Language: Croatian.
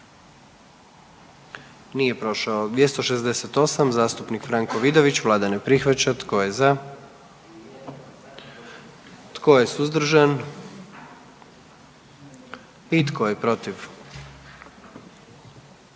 44. Kluba zastupnika SDP-a, vlada ne prihvaća. Tko je za? Tko je suzdržan? Tko je protiv?